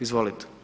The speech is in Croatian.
Izvolite.